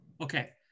Okay